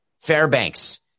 Fairbanks